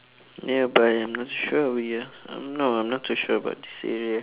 ya but I'm not sure um no I'm not too sure about this area